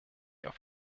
auf